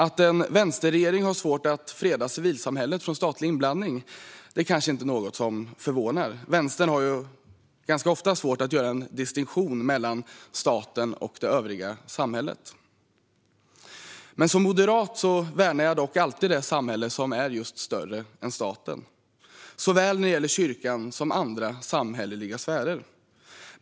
Att en vänsterregering har svårt att freda civilsamhället från statlig inblandning är kanske inte något som förvånar. Vänstern har ofta svårt att göra en distinktion mellan staten och det övriga samhället. Som moderat värnar jag dock alltid det samhälle som är större än staten, när det gäller såväl kyrkan som andra samhälleliga sfärer.